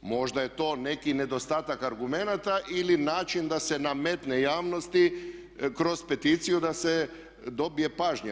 Možda je to neki nedostatak argumenata ili način da se nametne javnosti kroz peticiju da se dobije pažnja.